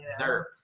Zerp